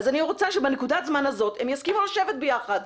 אני רוצה שבנקודת הזמן הזאת הם יסכימו לשבת ביחד.